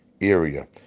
area